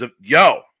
yo